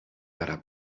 para